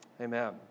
Amen